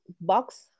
box